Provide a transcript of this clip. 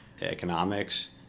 economics